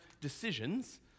decisions